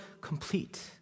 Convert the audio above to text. complete